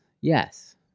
yes